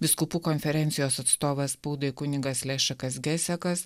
vyskupų konferencijos atstovas spaudai kunigas lešekas gesekas